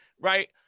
right